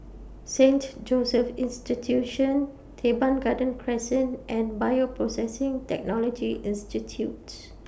Saint Joseph's Institution Teban Garden Crescent and Bioprocessing Technology Institutes